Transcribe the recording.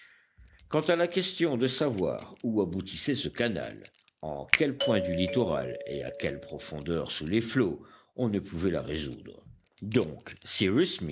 quant à la question de savoir où aboutissait ce canal en quel point du littoral et à quelle profondeur sous les flots on ne pouvait la résoudre donc